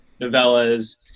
novellas